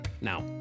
Now